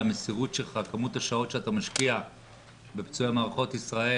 המסירות שלך וכמות השעות שאתה משקיע לפצועי מערכות ישראל,